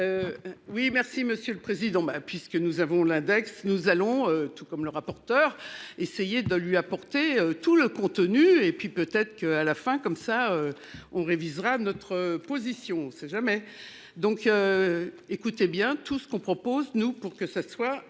Oui, merci Monsieur le Président ma puisque nous avons l'index. Nous allons tout comme le rapporteur essayer de lui apporter tout le contenu et puis peut-être qu'à la fin comme ça on révisera notre position, c'est jamais donc. Écoutez bien tout ce qu'on propose nous pour que ça soit